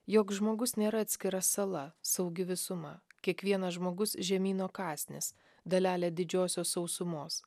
joks žmogus nėra atskira sala saugi visuma kiekvienas žmogus žemyno kąsnis dalelė didžiosios sausumos